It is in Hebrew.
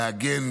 להגן